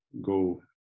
go